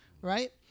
right